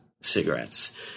cigarettes